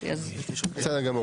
בסדר גמור.